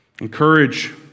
Encourage